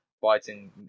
fighting